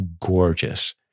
gorgeous